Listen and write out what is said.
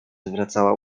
zwracała